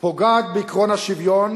פוגעת בעקרון השוויון